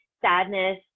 Sadness